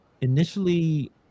initially